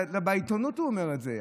הוא אומר את זה בעיתונות.